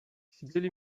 siedzieli